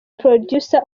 producer